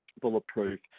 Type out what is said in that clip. Bulletproof